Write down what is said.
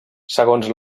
segons